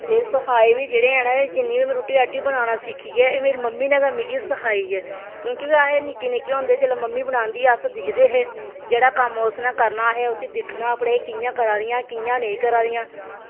ते एह् सखाये बी जेह्ड़े हैन एह् जिन्नी बी में रुट्टी बनाना सिक्खी ऐ एह् मेरी मम्मी नै मिगी सखाई ऐ क्युंकि अस निक्के निक्के होंदे हे जेल्लै मम्मी बनांदी ते अस दिक्खदे हे जेह्ड़ा कम्म उस नै करना ते असैं उस्सी दिक्खना कि भला एह् कियां करा दियां कियां नेईं करा दियां